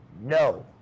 No